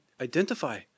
identify